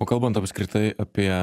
o kalbant apskritai apie